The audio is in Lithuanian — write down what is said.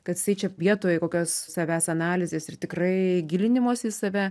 kad jisai čia vietoj kokios savęs analizės ir tikrai gilinimosi į save